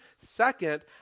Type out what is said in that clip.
Second